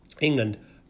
England